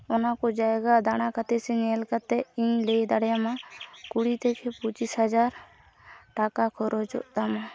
ᱚᱱᱟᱠᱚ ᱡᱟᱭᱜᱟ ᱫᱟᱬᱟ ᱠᱟᱛᱮ ᱥᱮ ᱧᱮᱞ ᱠᱟᱛᱮᱫᱤᱧ ᱞᱟᱹᱭ ᱫᱟᱲᱮᱭᱟᱢᱟ ᱠᱩᱲᱤ ᱴᱷᱮᱠᱮ ᱯᱚᱪᱤᱥ ᱦᱟᱡᱟᱨ ᱴᱟᱠᱟ ᱠᱷᱚᱨᱚᱪᱚᱜ ᱛᱟᱢᱟ